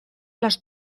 las